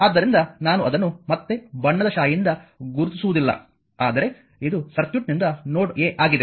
ಆದ್ದರಿಂದ ನಾನು ಅದನ್ನು ಮತ್ತೆ ಬಣ್ಣದ ಶಾಯಿಯಿಂದ ಗುರುತಿಸುವುದಿಲ್ಲ ಆದರೆ ಇದು ಸರ್ಕ್ಯೂಟ್ನಿಂದ ನೋಡ್ a ಆಗಿದೆ